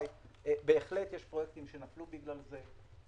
בהחלט יש פרויקטים שנפלו בגלל זה,